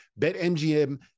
BetMGM